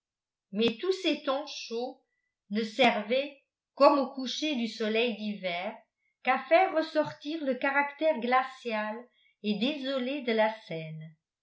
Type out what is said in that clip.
mais tous ces tons chauds ne servaient comme au coucher du soleil d'hiver qu'à faire ressortir le caractère glacial et désolé de la scène